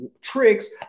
tricks